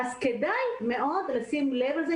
כדאי מאוד לשים לב לזה.